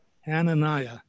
Hananiah